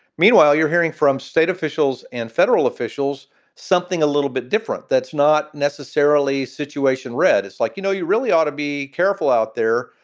meanwhile, you're hearing from state officials and federal officials something a little bit different. that's not necessarily situation red. it's like, you know, you really ought to be careful out there.